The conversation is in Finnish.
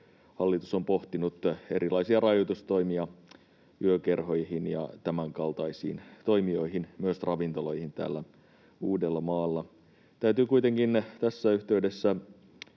hallitus on pohtinut erilaisia rajoitustoimia yökerhoihin ja tämänkaltaisiin toimijoihin, myös ravintoloihin täällä Uudellamaalla. Täytyy kuitenkin tässä yhteydessä